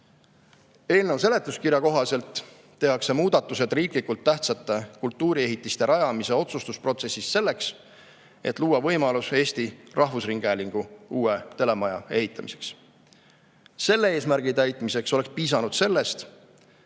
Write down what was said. seletuskirja kohaselt tehakse muudatused riiklikult tähtsate kultuuriehitiste rajamise otsustusprotsessis selleks, et luua võimalus Eesti Rahvusringhäälingu uue telemaja ehitamiseks. Selle eesmärgi täitmiseks oleks piisanud sellest,